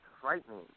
frightening